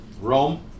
Rome